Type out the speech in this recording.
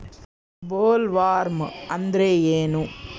Bollworm ಅಂದ್ರೇನು?